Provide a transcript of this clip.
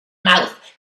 mouth